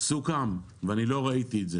סוכם ואני לא ראיתי את זה